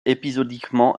épisodiquement